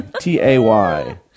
T-A-Y